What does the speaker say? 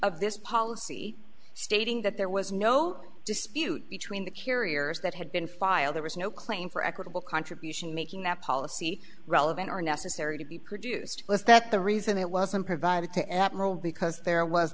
of this policy stating that there was no dispute between the curious that had been filed there was no claim for equitable contribution making that policy relevant or necessary to be produced was that the reason it wasn't provided to and that role because there was